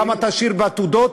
כמה תשאיר בעתודות,